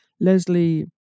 Leslie